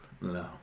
No